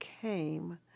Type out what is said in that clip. came